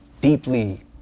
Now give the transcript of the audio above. deeply